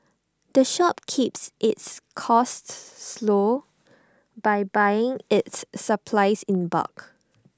the shop keeps its costs slow by buying its supplies in bulk